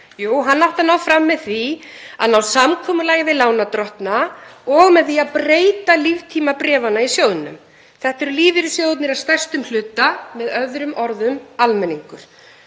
Jú, honum átti að ná fram með því að ná samkomulagi við lánardrottna og með því að breyta líftíma bréfanna í sjóðnum. Þetta eru lífeyrissjóðirnir að stærstum hluta, með öðrum orðum almenningur.